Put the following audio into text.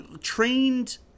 Trained